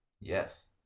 Yes